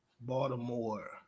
baltimore